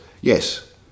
yes